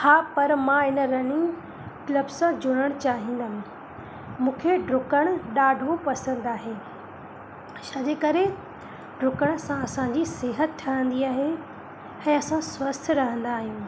हा पर मां इन रनिंग क्लब सां जुड़णु चाहींदमि मूंखे ॾुकणु ॾाढो पसंदि आहे छाजे करे ॾुकण सां असांजी सिहत ठहंदी आहे ऐं असां स्वस्थ रहंदा आहियूं